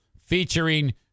featuring